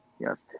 Yes